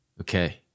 Okay